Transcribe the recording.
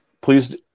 please